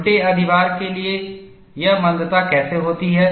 उलटे अधिभार के लिए यह मंदता कैसे होती है